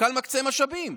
המפכ"ל מקצה משאבים,